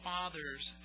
Father's